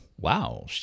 wow